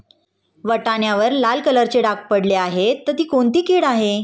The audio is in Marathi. वाटाण्यावर लाल कलरचे डाग पडले आहे तर ती कोणती कीड आहे?